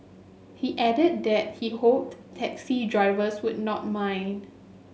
he added that he hoped taxi drivers would not mind